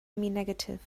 negative